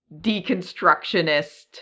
deconstructionist